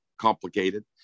complicated